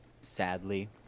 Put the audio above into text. sadly